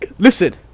Listen